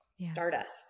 Stardust